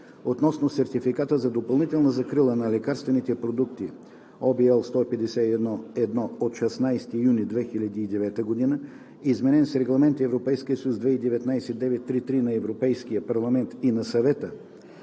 относно сертификата за допълнителна закрила на лекарствените продукти (ОВ, L 152/1 от 16 юни 2009 г.), изменен с Регламент (ЕС) 2019/933 на Европейския парламент и на Съвета